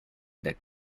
that